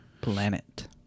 planet